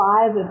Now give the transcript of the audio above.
five